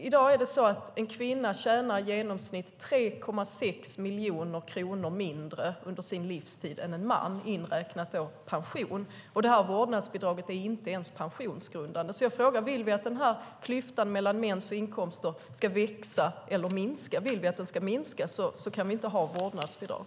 I dag är det så att en kvinna tjänar i genomsnitt 3,6 miljoner kronor mindre än en man under sin livstid, inräknat pension. Vårdnadsbidraget är inte ens pensionsgrundande. Jag frågar därför: Vill vi att klyftan mellan mäns och kvinnors inkomster ska växa eller minska? Vill vi att den ska minska kan vi inte ha vårdnadsbidrag.